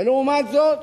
ולעומת זאת,